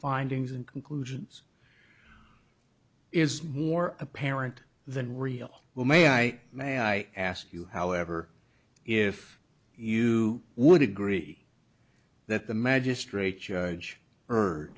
findings and conclusions is more apparent than real well may i may i ask you however if you would agree that the magistrate judge